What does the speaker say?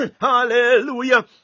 hallelujah